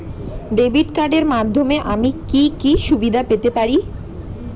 Debit কার্ডের মাধ্যমে আমি কি কি সুবিধা পেতে পারি?